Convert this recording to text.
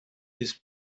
this